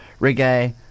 reggae